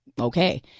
okay